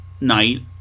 night